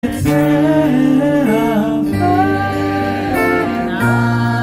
צאנה (צאנה)